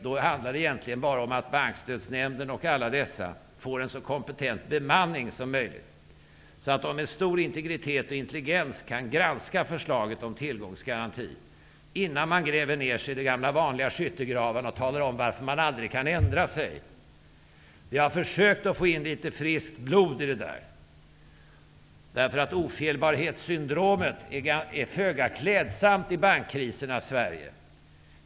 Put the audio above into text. Då handlar det egentligen bara om att Bankstödsnämnden osv. får en så kompentent bemanning som möjigt, så att de med stor integritet och stor intelligens kan granska förslaget om tillgångsgaranti, innan de gräver ned sig i de gamla vanliga skyttegravarna och talar om varför de aldrig kan ändra sig. Vi har försökt att få in litet friskt blod i detta sammanhang, därför att ofelbarhetssyndromet är föga klädsamt i bankkrisernas Sverige.